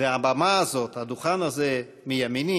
והבמה הזאת, הדוכן הזה מימיני,